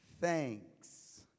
thanks